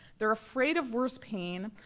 they're afraid of worse pain,